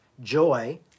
joy